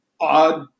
odd